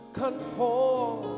conform